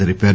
జరిపారు